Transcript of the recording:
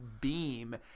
beam